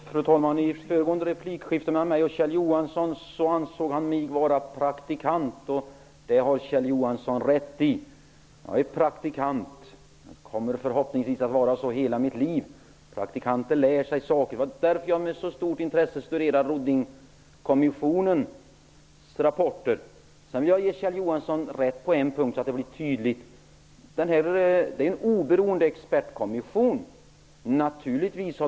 Fru talman! I föregående replikskifte mellan mig och Kjell Johansson ansåg han mig vara praktikant. Det har Kjell Johansson rätt i. Jag är praktikant och kommer förhoppningsvis att vara det hela mitt liv. Praktikanter lär sig saker. Det var därför jag med så stort intresse studerade Ruddingkommissionens rapporter. Jag vill ge Kjell Johansson rätt på en punkt. Det är en oberoende expertkommission.